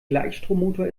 gleichstrommotor